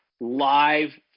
live